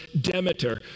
Demeter